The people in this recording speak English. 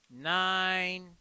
nine